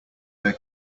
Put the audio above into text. their